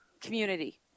Community